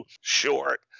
short